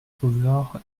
sauveur